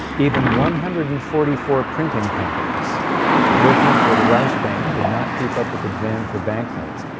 even one hundred and forty four printing companies working for the reichsbank could not keep up with the demand for banknotes.